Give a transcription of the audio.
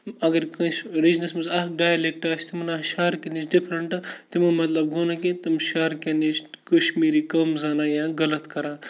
اَگَر کٲنٛسہِ رِجنَس منٛز اَکھ ڈایلیٚکٹ آسہِ تِمَن آسہِ شَہرکٮ۪ن نِش ڈِفرَنٹ تِمو مطلب گوٚو نہٕ کینٛہہ تِم شَہرکٮ۪ن نِش کَشمیٖری کَم زانان یا غلط کَران